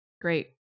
Great